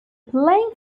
playing